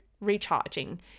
recharging